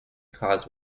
cause